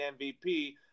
MVP